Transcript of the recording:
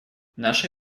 наши